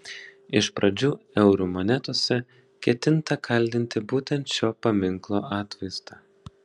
iš pradžių eurų monetose ketinta kaldinti būtent šio paminklo atvaizdą